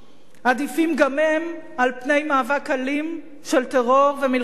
עדיפים גם הם על פני מאבק אלים של טרור ומלחמה.